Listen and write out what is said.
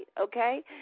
okay